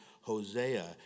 Hosea